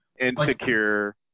insecure